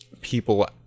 people